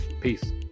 Peace